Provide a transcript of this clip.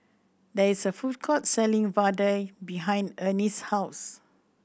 there is a food court selling vadai behind Ernie's house